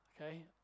Okay